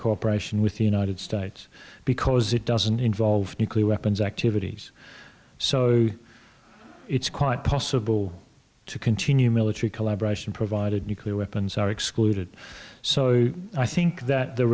cooperation with the united states because it doesn't involve nuclear weapons activities so it's quite possible to continue military collaboration provided nuclear weapons are excluded so i think that the